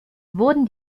wurden